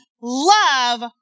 love